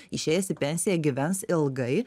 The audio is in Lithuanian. išėjęs į pensiją gyvens ilgai